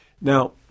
Now